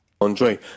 Andre